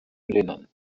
lennon